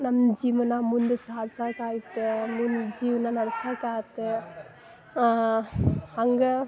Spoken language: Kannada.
ನಮ್ಮ ಜೀವನ ಮುಂದೆ ಸಾಗ್ಸೋಕಾಯ್ತು ಮುಂದೆ ಜೀವನ ನಡ್ಸೋಕ್ ಆಯ್ತ್ ಹಾಗ್